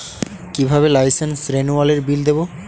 কিভাবে লাইসেন্স রেনুয়ালের বিল দেবো?